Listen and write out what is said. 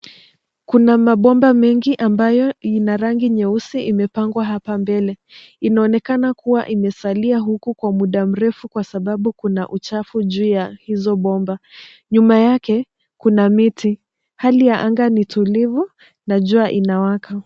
Kuna mabomba mengi ambayo ina rangi nyeusi imepangwa hapa mbele. Inaonekana kuwa imesalia huku kwa muda mrefu kwa sababu kuna uchafu juu ya hizo bomba. Nyuma yake kuna miti. Hali ya anga ni tulivu na jua inawaka.